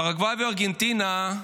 פרגוואי וארגנטינה,